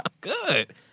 Good